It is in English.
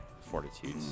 fortitude